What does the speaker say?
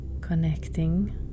connecting